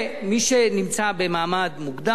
מי שנמצא במעמד מוגדר,